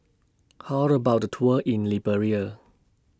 How about A Tour in Liberia